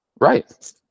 Right